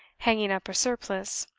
hanging up a surplice,